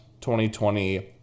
2020